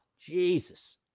Jesus